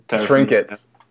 Trinkets